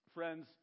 Friends